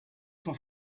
for